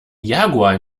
jaguar